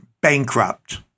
bankrupt